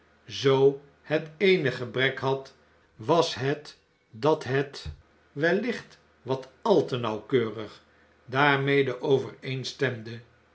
zoo het eenig gebrek had was het dat het wellicht wat al te nauwkeurig daarmede overeenstemde